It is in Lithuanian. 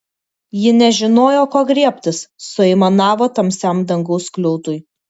ji nežinojo ko griebtis suaimanavo tamsiam dangaus skliautui